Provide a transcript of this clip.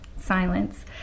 silence